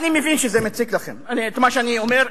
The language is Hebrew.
עד מתי, אני מבין שזה מציק לכם, מה שאני אומר.